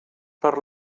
per